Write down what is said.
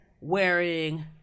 wearing